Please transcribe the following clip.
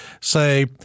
say